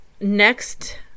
next